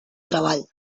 treball